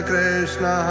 Krishna